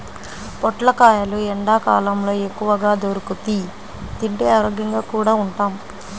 పొట్లకాయలు ఎండ్లకాలంలో ఎక్కువగా దొరుకుతియ్, తింటే ఆరోగ్యంగా కూడా ఉంటాం